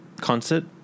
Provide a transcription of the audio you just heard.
concert